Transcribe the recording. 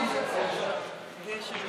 אחרי.